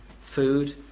food